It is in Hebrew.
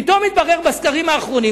פתאום התברר בסקרים האחרונים,